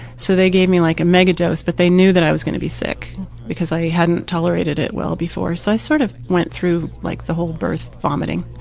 so they gave me like a mega dose but they knew that i was going to be sick because i hadn't tolerate it it well before. so i sort of went through like the whole birth vomiting.